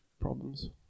problems